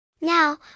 Now